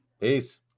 Peace